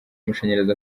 amashanyarazi